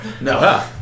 No